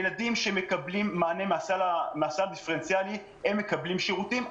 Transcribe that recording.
הילדים שמקבלים מענה מהסל הדיפרנציאלי מקבלים שירותים,